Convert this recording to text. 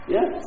Yes